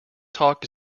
talk